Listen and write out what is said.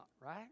right